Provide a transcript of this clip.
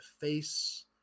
face